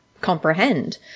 comprehend